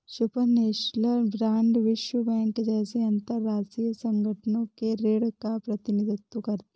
supranational bond विश्व bank जैसे अंतरराष्ट्रीय संगठनों के ऋण का प्रतिनिधित्व करते हैं